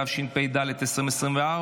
התשפ"ד 2024,